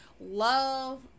love